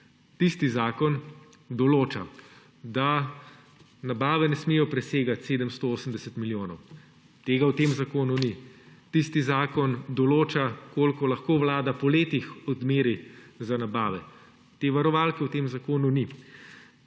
Tisti zakon določa, da nabave ne smejo presegati 780 milijonov – tega v tem zakonu ni. Tisti zakon določa, koliko lahko Vlada po letih odmeri za nabave – te varovalke v tem zakonu ni.